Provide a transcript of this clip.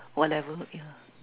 whatever yeah